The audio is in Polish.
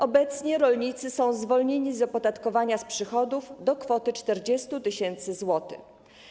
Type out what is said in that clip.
Obecnie rolnicy są zwolnieni z opodatkowania przychodów do kwoty 40 tys. zł.